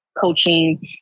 coaching